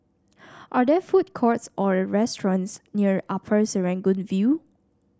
are there food courts or restaurants near Upper Serangoon View